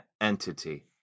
entity